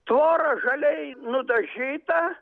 tvora žaliai nudažyta